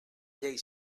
llei